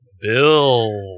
Bill